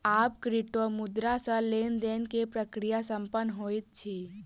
आब क्रिप्टोमुद्रा सॅ लेन देन के प्रक्रिया संपन्न होइत अछि